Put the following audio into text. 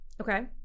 okay